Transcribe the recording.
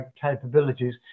capabilities